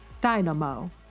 Dynamo